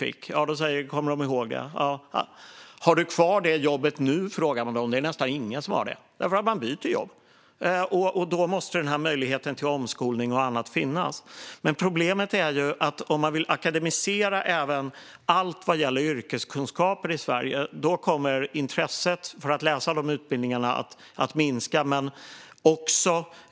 När man frågar om de har kvar det jobbet nu är svaret att nästan ingen har det. Människor byter nämligen jobb, och därför måste möjligheten till omskolning och annat finnas. Problemet är följande: Om man akademiserar även allt vad gäller yrkeskunskaper i Sverige kommer intresset för att läsa dessa utbildningar att minska i Sverige.